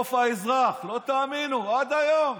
מנדלבלוף האזרח, לא תאמינו, עד היום: